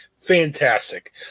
Fantastic